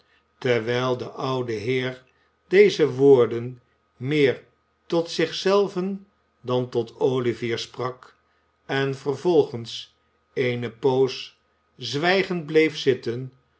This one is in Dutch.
terwijl de oude heer deze woorden meer tot zich zelven dan tot olivier sprak en vervolgens eene poos zwijgend bleef zitten